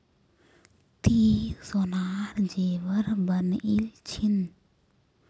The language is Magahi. ती सोनार जेवर बनइल छि न